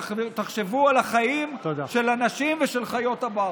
תחשבו על החיים של אנשים ושל חיות הבר.